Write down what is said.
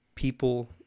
People